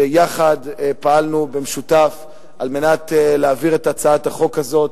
שיחד פעלנו במשותף על מנת להעביר את הצעת החוק הזאת,